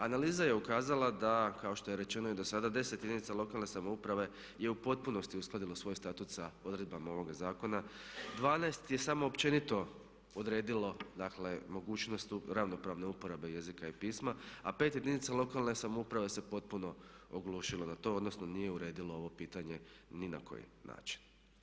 Analiza je ukazala da kao što je rečeno i dosada 10 jedinica lokalne samouprave je u potpunosti uskladilo svoj statut sa odredbama ovoga zakona, 12 je samo općenito odredilo dakle mogućnost ravnopravne uporabe jezika i pisma a 5 jedinica lokalne samouprave se potpuno oglušilo na to, odnosno nije uredilo ovo pitanje ni na koji način.